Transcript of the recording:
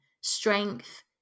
strength